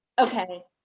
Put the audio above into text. Okay